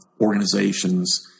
organizations